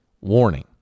warning